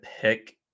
pick